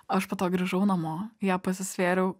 aš po to grįžau namo ją pasisvėriau